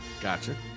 Gotcha